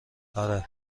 آره